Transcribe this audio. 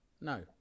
no